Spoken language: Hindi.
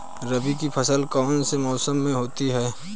रबी की फसल कौन से मौसम में होती है?